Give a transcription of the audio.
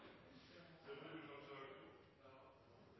stemmer for eit einaste forslag